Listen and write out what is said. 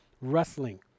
Wrestling